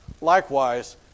likewise